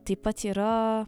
taip pat yra